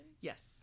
Yes